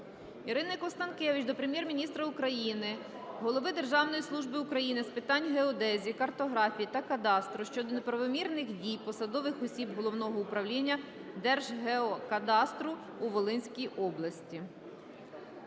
Ірини Констанкевич до Прем'єр-міністра України, Голови Державної служби України з питань геодезії, картографії та кадастру щодо неправомірних дій посадових осіб Головного управління Держгеокадастру у Волинській області.